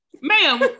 ma'am